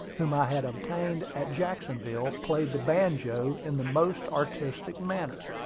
whom i had obtained at jacksonville, played the banjo in the most artistic manner.